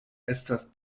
estas